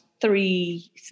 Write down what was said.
three